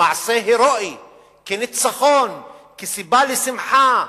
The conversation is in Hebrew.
כמעשה הירואי, כניצחון, כסיבה לשמחה,